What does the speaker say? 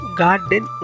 garden